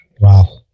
Wow